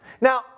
Now